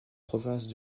provinces